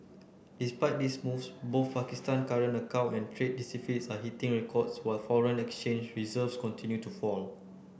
despite these moves both Pakistan current account and trade deficits are hitting records while foreign exchange reserves continue to fall